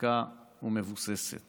חזקה ומבוססת